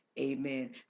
amen